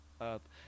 up